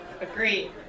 Agree